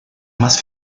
más